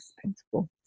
principle